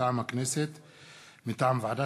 מטעם הכנסת: